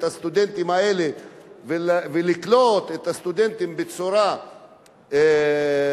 הסטודנטים האלה ולקלוט את הסטודנטים בצורה טובה,